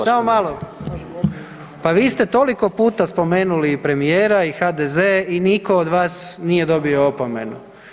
Samo malo, pa vi ste toliko puta spomenuli premijera i HDZ i niko od vas nije dobio opomenu.